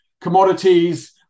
commodities